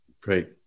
Great